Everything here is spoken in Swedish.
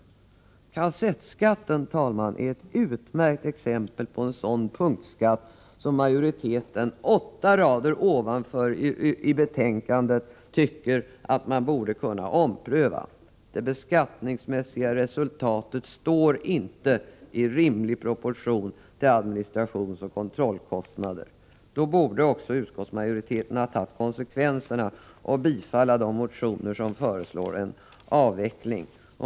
Kassettskatten, herr talman, är ett utmärkt exempel på en sådan punktskatt som majoriteten åtta rader ovanför i betänkandet tycker att man borde kunna ompröva. Det beskattningsmässiga resultatet står inte i rimlig proportion till administrationsoch kontrollkostnaderna. Då borde också utskottsmajoriteten ha tagit konsekvenserna och tillstyrkt de motioner där man föreslår en avveckling.